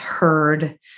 Heard